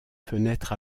fenêtre